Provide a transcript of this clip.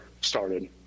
started